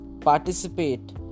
participate